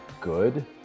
good